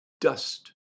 dust